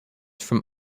from